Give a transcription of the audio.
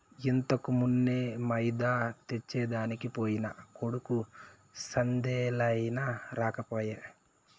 ఇంతకుమున్నే మైదా తెచ్చెదనికి పోయిన కొడుకు సందేలయినా రాకపోయే